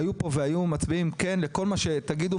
היו מצביעים לכל מה שתגידו,